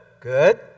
Good